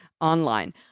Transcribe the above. online